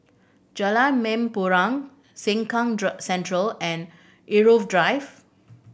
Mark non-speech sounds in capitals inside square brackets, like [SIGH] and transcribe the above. Jalan Mempurong Sengkang [UNINTELLIGIBLE] Central and Irau Drive